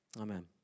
Amen